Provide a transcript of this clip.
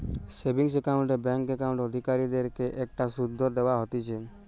savings account এ bank account অধিকারীদের কে একটা শুধ দেওয়া হতিছে